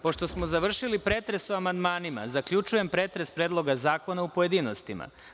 Pošto smo završili pretres o amandmanima, zaključujem pretres Predloga zakona u pojedinostima.